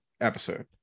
episode